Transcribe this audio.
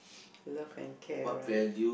love and care right